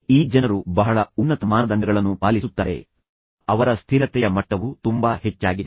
ನಾನು ಹೇಳಿದಂತೆ ಈ ಜನರು ಬಹಳ ಉನ್ನತ ಮಾನದಂಡಗಳನ್ನು ಪಾಲಿಸುತ್ತಾರೆ ಮತ್ತು ನಂತರ ಅವರ ಸ್ಥಿರತೆಯ ಮಟ್ಟವು ತುಂಬಾ ಹೆಚ್ಚಾಗಿದೆ